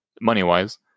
money-wise